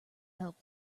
help